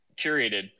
curated